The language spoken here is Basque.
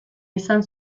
izan